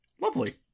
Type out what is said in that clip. lovely